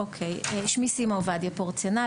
שמי סימה עובדיה פורצנל,